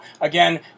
Again